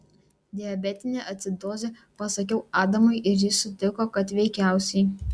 diabetinė acidozė pasakiau adamui ir jis sutiko kad veikiausiai